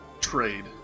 trade